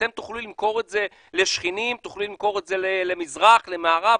אתם תוכלו למכור את זה לשכנים, למזרח, למערב?